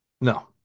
No